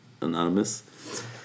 anonymous